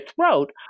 throat